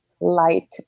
light